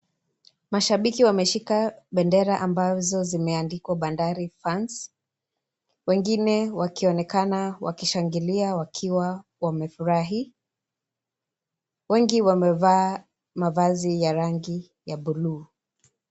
Mashabiki wameshika bendera ambazo zimeandikwa Bandari fans , wengine wakionekana wakishangilia wakiwa wamefurahi. Wengi wamevaa mavazi ya rangi ya bluu.